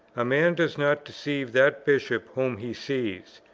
a man does not deceive that bishop whom he sees,